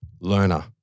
Learner